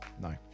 No